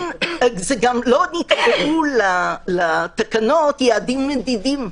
גם לא נקבעו לתקנות יעדים מדידים.